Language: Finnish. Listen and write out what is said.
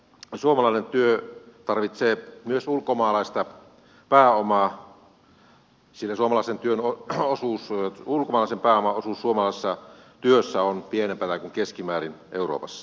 suomalainen työ tarvitsee myös ulkomaalaista pääomaa sillä ulkomaalaisen pääoman osuus suomalaisessa työssä on pienempi kuin keskimäärin euroopassa